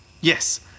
yes